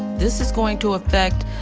this is going to affect,